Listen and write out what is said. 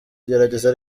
igerageza